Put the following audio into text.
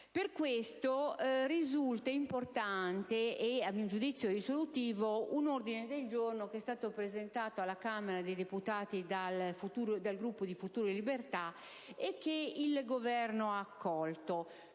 Per questo risulta importante, e a mio giudizio risolutivo, un ordine del giorno che è stato presentato alla Camera dei deputati dal Gruppo di Futuro e Libertà, e che il Governo ha accolto,